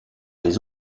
les